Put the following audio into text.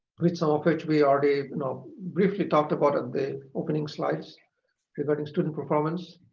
which um which we already briefly talked about in the opening slides regarding student performance.